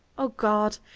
o god,